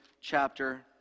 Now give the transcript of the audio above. chapter